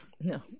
No